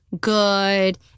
good